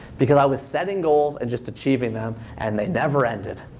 because i was setting goals and just achieving them, and they never ended.